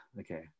okay